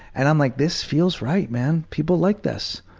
and i'm like, this feels right, man. people like this.